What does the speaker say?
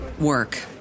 work